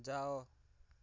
ଯାଅ